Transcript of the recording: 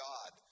God